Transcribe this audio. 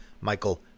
Michael